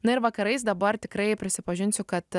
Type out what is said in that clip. na ir vakarais dabar tikrai prisipažinsiu kad